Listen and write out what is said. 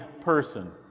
person